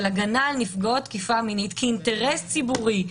הגנה על נפגעות תקיפה מינית כאינטרס ציבורי,